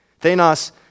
Thanos